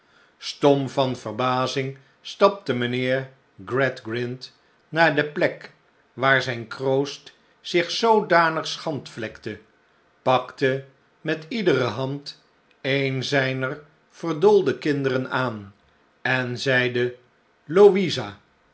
stom van verbazing stapte mijnheer gradgrind naar de plek waar zijn kroost zich zoodanig schandvlekte pakte met iedere hand een zijner verdoolde kinderen aan en zeide louisa